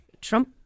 Trump